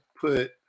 put